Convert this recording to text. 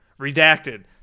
Redacted